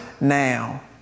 now